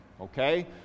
Okay